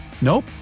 Nope